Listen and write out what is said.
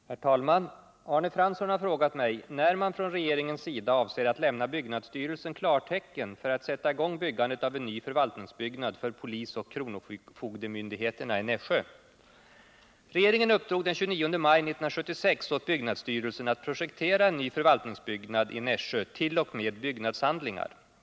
Herr talman! Arne Fransson har frågat mig när man från regeringens sida avser att lämna byggnadsstyrelsen klartecken för att sätta i gång byggandet av en ny förvaltningsbyggnad för polisoch kronofogdemyndigheterna i Nässjö. Regeringen uppdrog den 29 maj 1976 åt byggnadsstyrelsen att projektera en ny förvaltningsbyggnad i Nässjö t.o.m. byggnadshandlingar.